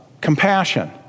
compassion